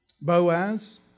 Boaz